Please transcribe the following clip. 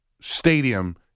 stadium